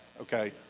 okay